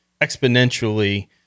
exponentially